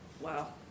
wow